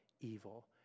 evil